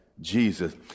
Jesus